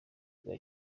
bwa